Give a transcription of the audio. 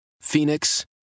Phoenix